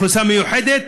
אוכלוסייה מיוחדת,